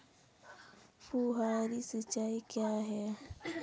फुहारी सिंचाई क्या है?